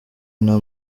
nta